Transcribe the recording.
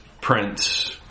Prince